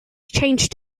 changed